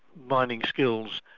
mining skills,